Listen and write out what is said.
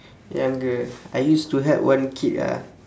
younger I used to help one kid ah